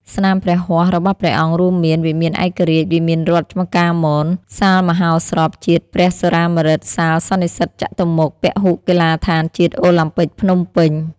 ស្នាមព្រះហស្តរបស់ព្រះអង្គរួមមាន វិមានឯករាជ្យ វិមានរដ្ឋចំការមន សាលមហោស្រពជាតិព្រះសុរាម្រិត សាលសន្និសីទចតុមុខ ពហុកីឡាដ្ឋានជាតិអូឡាំពិកភ្នំពេញ។